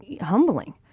humbling